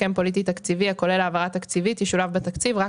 הסכם פוליטי תקציבי הכולל העברה תקציבית ישולב בתקציב רק